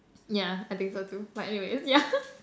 yeah I think so too but anyways yeah